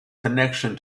connection